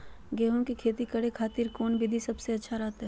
गेहूं के खेती करे खातिर कौन विधि सबसे अच्छा रहतय?